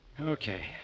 Okay